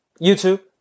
YouTube